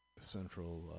central